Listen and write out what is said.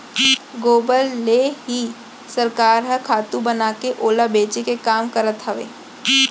गोबर ले ही सरकार ह खातू बनाके ओला बेचे के काम करत हवय